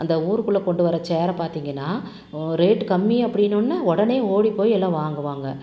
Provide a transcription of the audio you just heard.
அந்த ஊருக்குள்ளே கொண்டு வரற சேர் பார்த்திங்கன்னா ரேட்டு கம்மி அப்டிவுடன்னே உடனே ஓடி போய் எல்லாம் வாங்குவாங்க